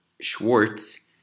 Schwartz